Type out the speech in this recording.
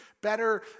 better